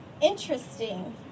interesting